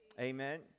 Amen